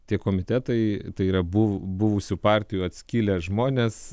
tie komitetai tai yra buv buvusių partijų atskilę žmonės